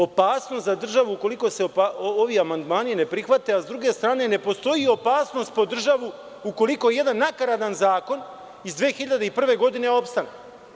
Opasnost za državu ukoliko se ovi amandmani ne prihvate, a s druge strane, ne postoji opasnost po državu ukoliko jedan nakaradni zakon iz 2001. godine opstane.